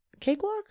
Cakewalk